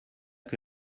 que